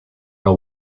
know